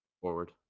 forward